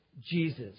Jesus